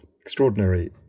extraordinary